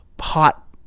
hot